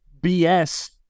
BS